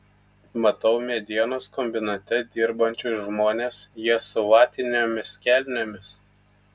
matau medienos kombinate dirbančius žmones jie su vatinėmis kelnėmis